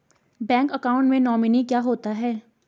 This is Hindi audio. बैंक अकाउंट में नोमिनी क्या होता है?